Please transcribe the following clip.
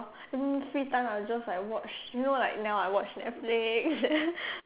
mm mean free time I'll just like watch you know like now I watch netflix